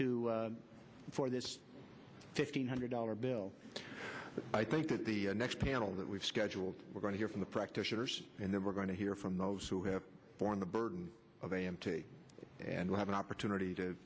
to for this fifteen hundred dollar bill but i think that the next panel that we've scheduled we're going to hear from the practitioners and then we're going to hear from those who have borne the burden of a m t and we have an opportunity to